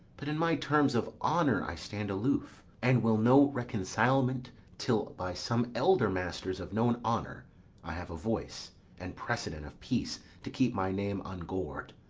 but in my terms of honour i stand aloof and will no reconcilement till by some elder masters of known honour i have a voice and precedent of peace to keep my name ungor'd.